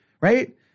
right